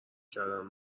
کردن